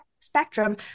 spectrum